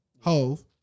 Hove